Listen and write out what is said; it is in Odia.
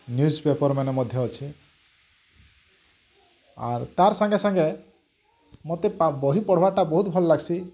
ନିୟୁଜ୍ ପେପର୍ ମାନେ ମଧ୍ୟ ଅଛେ ଆର୍ ତାର୍ ସାଙ୍ଗେ ସାଙ୍ଗେ ମୋତେ ପା ବହି ପଢ଼୍ବା ଟା ବହୁତ୍ ଭଲ୍ ଲାଗ୍ସି